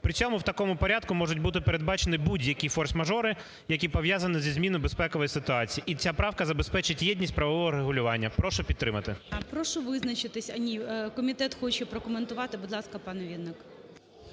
При цьому в такому порядку можуть бути передбачені будь-які форс-мажори, які пов'язані зі зміною безпекової ситуації, і ця правка забезпечить єдність правового регулювання. Прошу підтримати. ГОЛОВУЮЧИЙ. Прошу визначатися. Ні, комітет хоче прокоментувати. Будь ласка, пане Вінник.